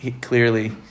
clearly